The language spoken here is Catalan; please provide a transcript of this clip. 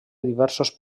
diversos